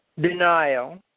denial